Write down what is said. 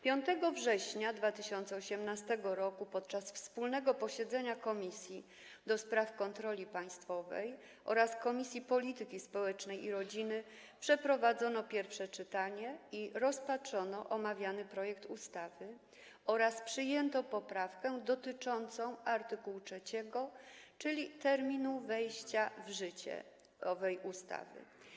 5 września 2018 r. podczas wspólnego posiedzenia Komisji do Spraw Kontroli Państwowej oraz Komisji Polityki Społecznej i Rodziny przeprowadzono pierwsze czytanie i rozpatrzono omawiany projekt ustawy oraz przyjęto poprawkę dotyczącą art. 3, czyli terminu wejścia w życie owej ustawy.